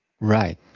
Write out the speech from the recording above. Right